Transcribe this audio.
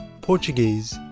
Portuguese